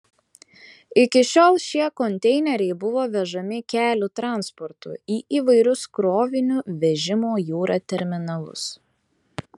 iki šiol šie konteineriai buvo vežami kelių transportu į įvairius krovinių vežimo jūra terminalus